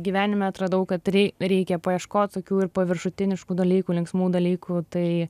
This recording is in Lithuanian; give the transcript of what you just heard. gyvenime atradau kad rei reikia paieškot tokių ir paviršutiniškų dalykų linksmų dalykų tai